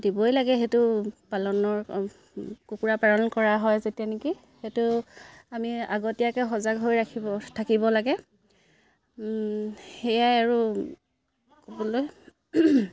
দিবই লাগে সেইটো পালনৰ কুকুৰা পালন কৰা হয় যেতিয়া নেকি সেইটো আমি আগতীয়াকৈ সজাগ হৈ ৰাখিব থাকিব লাগে সেয়াই আৰু ক'বলৈ